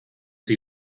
sie